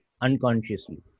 unconsciously